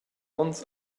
onns